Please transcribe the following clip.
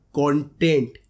content